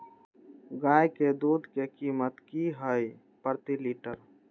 गाय के दूध के कीमत की हई प्रति लिटर?